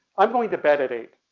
i'm going to bed at eight